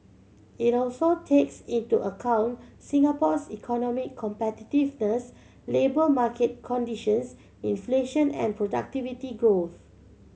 it also takes into account Singapore's economic competitiveness labour market conditions inflation and productivity growth